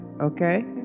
okay